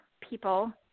people